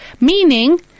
meaning